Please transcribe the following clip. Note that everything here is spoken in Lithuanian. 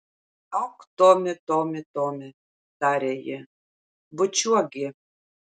ak tomi tomi tomi tarė ji bučiuok gi